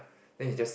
then he just